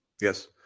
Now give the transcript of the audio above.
Yes